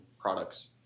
products